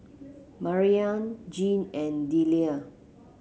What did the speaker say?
Mariyah Jeane and Delia